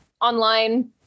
online